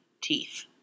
teeth